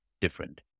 different